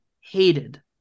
hated